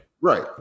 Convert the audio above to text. Right